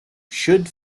should